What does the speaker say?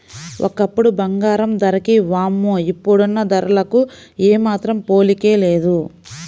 ఒకప్పుడు బంగారం ధరకి వామ్మో ఇప్పుడున్న ధరలకు ఏమాత్రం పోలికే లేదు